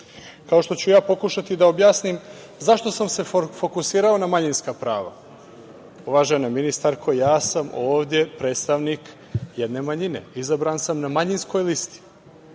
kao što ću ja pokušati da objasnim zašto sam se fokusirao na manjinska prava. Uvažena ministarko, ja sam ovde predstavnik jedne manjine, izabran sam na manjinskoj listi.